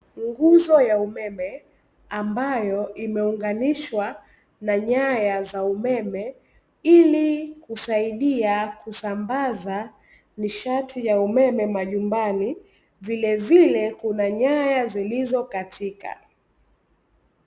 Nguzo ya umeme, ambayo imeunganishwa na nyaya za umeme ili kusaidia kusambaza nishati ya umeme majumbani, vilevile kuna nyaya zilizokatika.